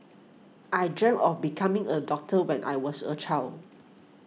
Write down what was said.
I dreamt of becoming a doctor when I was a child